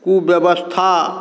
कुव्यवस्था